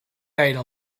gaire